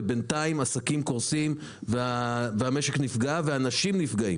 ובינתיים עסקים קורסים והמשק נפגע ואנשים נפגע,